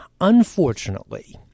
Unfortunately